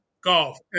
Golf